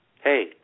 Hey